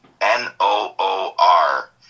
N-O-O-R